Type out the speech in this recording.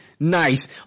Nice